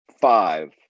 five